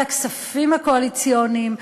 על הכספים הקואליציוניים,